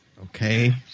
Okay